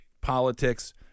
politics